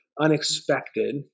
unexpected